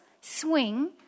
swing